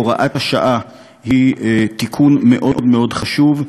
הוראת השעה היא תיקון מאוד מאוד חשוב,